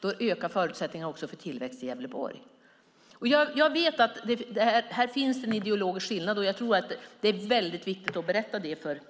Då ökar också förutsättningarna för tillväxt i Gävleborg. Jag vet att det finns en ideologisk skillnad här, och jag tror att det är viktigt att berätta det för